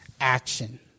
action